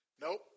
Nope